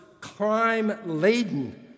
crime-laden